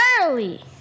early